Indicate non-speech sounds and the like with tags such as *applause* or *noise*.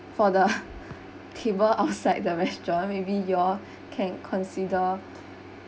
and for *breath* the people outside the restaurant maybe you all can consider